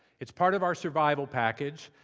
it's part of our survival package,